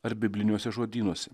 ar bibliniuose žodynuose